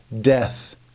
death